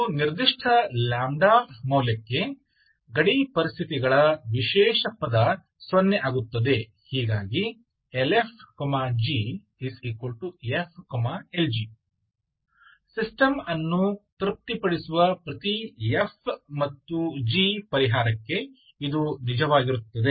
ಒಂದು ನಿರ್ದಿಷ್ಟ λ ಮೌಲ್ಯಕ್ಕೆ ಗಡಿ ಪರಿಸ್ಥಿತಿಗಳ ವಿಶೇಷ ಪದ ಸೊನ್ನೆ ಆಗುತ್ತದೆ ಹೀಗಾಗಿ ⟨Lf g⟩ ⟨f Lg⟩ system ಅನ್ನು ತೃಪ್ತಿಪಡಿಸುವ ಪ್ರತಿ f g ಪರಿಹಾರಕ್ಕೆ ಇದು ನಿಜವಾಗಿರುತ್ತದೆ